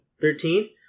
Thirteen